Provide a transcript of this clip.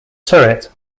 turret